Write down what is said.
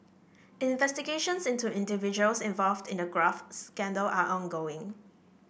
investigations into individuals involved in the graft scandal are ongoing